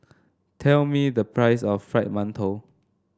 tell me the price of Fried Mantou